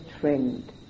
friend